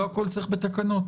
לא הכול צריך בתקנות.